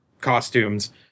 costumes